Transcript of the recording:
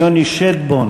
יוני שטבון